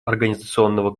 организационного